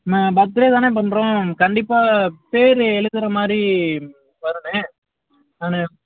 நாங்கள் பர்த்டே தாண்ணே பண்ணுறோம் கண்டிப்பாக பேர் எழுதுர மாதிரி வருண்ணே நான்